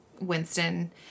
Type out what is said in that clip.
Winston